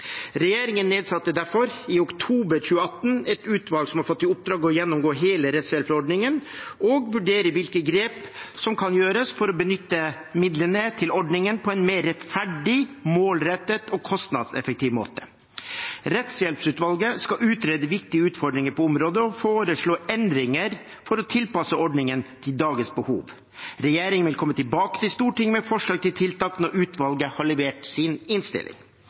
Regjeringen nedsatte derfor i oktober i år et utvalg som har fått i oppdrag å gå gjennom hele rettshjelpsordningen og vurdere hvilke grep som kan tas for å benytte midlene til ordningen på en mer rettferdig, målrettet og kostnadseffektiv måte. Rettshjelpsutvalget skal utrede viktige utfordringer på området og foreslå endringer for å tilpasse ordningen til dagens behov. Regjeringen vil komme tilbake til Stortinget med forslag til tiltak når utvalget har levert sin innstilling.